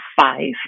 five